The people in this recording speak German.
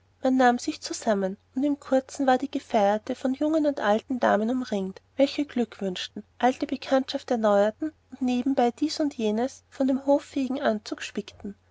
man nahm sich zusammen und in kurzem war die gefeierte von allen jungen und alten damen umringt welche glück wünschten alte bekanntschaft erneuerten und nebenbei dies und jenes von dem hoffähigen anzug spickten